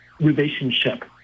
relationship